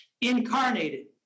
Incarnated